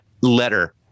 letter